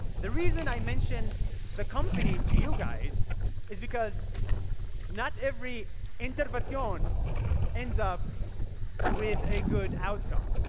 the reason i mention the company to you guys is because not every intervencion ends up with a good outcome.